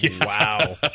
Wow